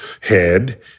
head